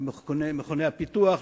למכוני הפיתוח,